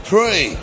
Pray